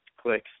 clicks